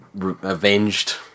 avenged